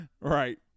Right